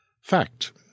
Fact